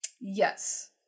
Yes